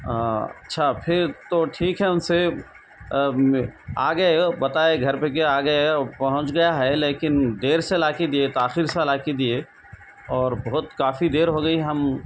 اچھا پھر تو ٹھیک ہے ان سے آ گئے ہے بتائے گھر پہ کہ آ گئے ہے پہنچ گیا ہے لیکن دیر سے لا کے دیے تاخیر سے لا کے دیے اور بہت کافی دیر ہو گئی ہم